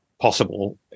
possible